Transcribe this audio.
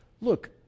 Look